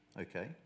Okay